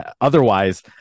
Otherwise